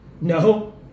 No